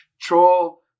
Troll